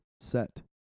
set